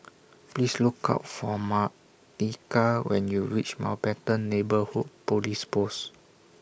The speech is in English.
Please Look For Martika when YOU REACH Mountbatten Neighbourhood Police Post